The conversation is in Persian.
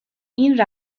این